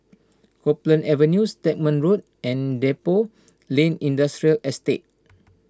Copeland Avenue Stagmont Road and Depot Lane Industrial Estate